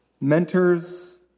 mentors